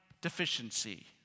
deficiency